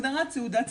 הגדרת תעודת ציבורית,